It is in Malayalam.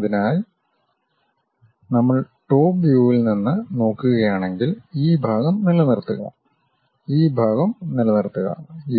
അതിനാൽ നമ്മൾ ടോപ് വ്യൂവിൽ നിന്ന് നോക്കുകയാണെങ്കിൽ ഈ ഭാഗം നിലനിർത്തുക ഈ ഭാഗം നിലനിർത്തുക